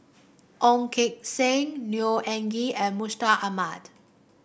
Ong Keng Sen Neo Anngee and Mustaq Ahmad